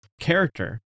character